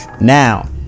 now